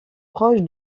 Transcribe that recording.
proche